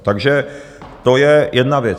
Takže to je jedna věc.